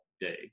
day